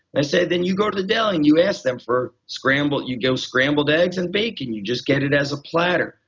i say, then you go to the deli and you ask them for, you go scrambled eggs and bacon. you just get it as a platter.